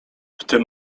tym